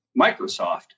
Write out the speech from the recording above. Microsoft